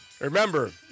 Remember